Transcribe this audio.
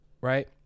right